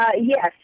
Yes